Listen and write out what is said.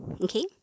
Okay